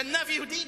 גנב יהודי,